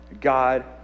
God